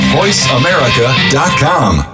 voiceamerica.com